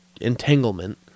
entanglement